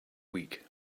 week